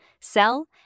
sell